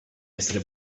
essere